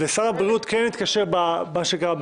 ושר הבריאות כן התקשר בטלפון,